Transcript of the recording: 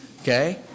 okay